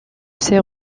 ses